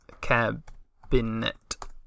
Cabinet